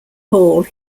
hall